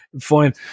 Fine